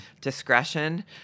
discretion